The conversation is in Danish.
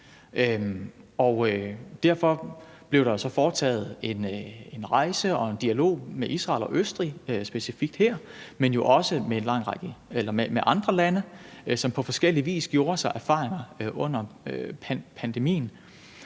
Derfor blev der så foretaget en rejse og en dialog med Israel og Østrig specifikt her, men jo også med andre lande, som på forskellig vis gjorde sig erfaringer under pandemien.